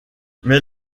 mais